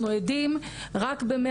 ויש גם קושי באכיפה.